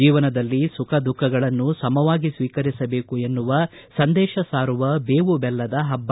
ಜೀವನದಲ್ಲಿ ಸುಖ ದುಖಗಳನ್ನು ಸಮವಾಗಿ ಸ್ತೀಕರಿಸಬೇಕು ಎನ್ನುವ ಸಂದೇಶ ಸಾರುವ ಬೇವು ಬೆಲ್ಲದ ಹಬ್ಬ